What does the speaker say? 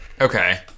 Okay